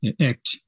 Act